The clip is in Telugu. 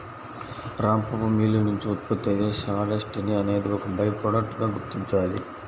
రంపపు మిల్లు నుంచి ఉత్పత్తి అయ్యే సాడస్ట్ ని అనేది ఒక బై ప్రొడక్ట్ గా గుర్తించాలి